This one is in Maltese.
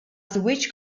żwieġ